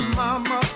mama